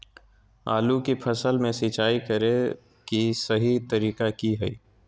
आलू की फसल में सिंचाई करें कि सही तरीका की हय?